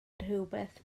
rhywbeth